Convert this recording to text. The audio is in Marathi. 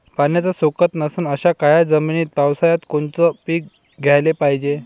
पाण्याचा सोकत नसन अशा काळ्या जमिनीत पावसाळ्यात कोनचं पीक घ्याले पायजे?